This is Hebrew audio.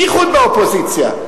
בייחוד באופוזיציה,